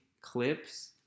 clips